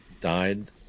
died